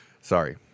Sorry